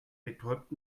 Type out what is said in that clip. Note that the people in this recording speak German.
betäubt